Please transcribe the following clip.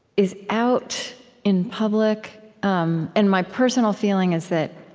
is out in public um and my personal feeling is that